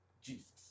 Jesus